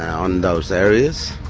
on those areas.